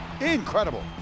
Incredible